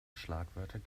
schlagwörter